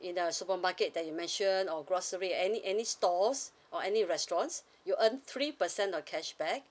in the supermarket that you mention or grocery any any stores or any restaurants you earn three percent of cashback